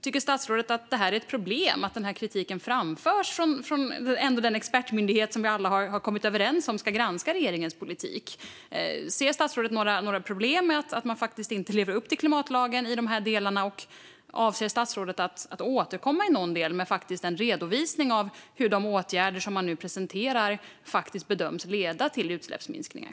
Tycker statsrådet att det är ett problem att denna kritik framförs från den expertmyndighet som vi alla har kommit överens om ska granska regeringens politik? Ser statsrådet några problem med att man inte lever upp till klimatlagen i dessa delar? Avser statsrådet att återkomma i någon del med en redovisning av hur de åtgärder som man nu presenterar bedöms leda till utsläppsminskningar?